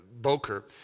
Boker